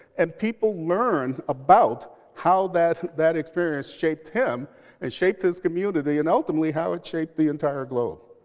and people learn about how that that experience shaped him and shaped his community. and ultimately how it shaped the entire globe.